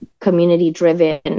community-driven